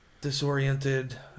Disoriented